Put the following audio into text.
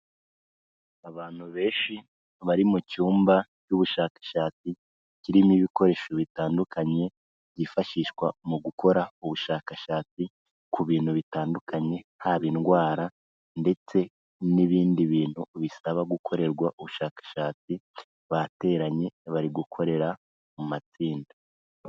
Abantu benshi bari mu cyumba cy'ubushakashatsi kirimo ibikoresho bitandukanye byifashishwa mu gukora ubushakashatsi ku bintu bitandukanye, haba indwara ndetse n'ibindi bintu bisaba gukorerwa ubushakashatsi, bateranye, bari gukorera mu matsinda.